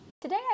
Today